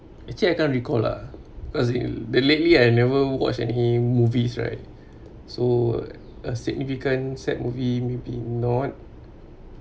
actually I can't recall lah cause the lately I never watch any movies right so a significant sad movie may be not